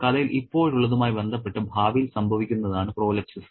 കഥയിൽ ഇപ്പോഴുള്ളതുമായി ബന്ധപ്പെട്ട് ഭാവിയിൽ സംഭവിക്കുന്നതാണ് പ്രോലെപ്സിസ്